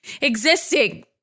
existing